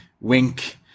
wink